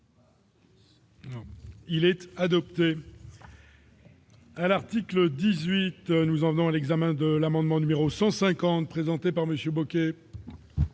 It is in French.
Il était adopté. à l'article 18, nous allons à l'examen de l'amendement numéro 150 présenté par Monsieur Bocquet.